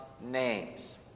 names